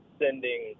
sending